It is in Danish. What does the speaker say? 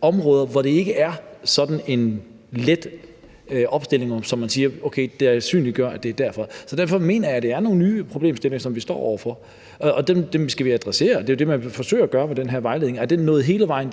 områder, hvor det ikke er let at sandsynliggøre, hvad årsagen er, og hvor det er sket. Derfor mener jeg, det er nogle nye problemstillinger, som vi står over for, og dem skal vi adressere, og det er det, man forsøger at gøre med den her vejledning. Men er den så